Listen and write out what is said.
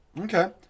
Okay